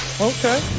Okay